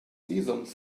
visums